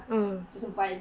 mm